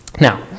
Now